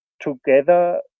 together